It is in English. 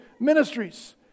ministries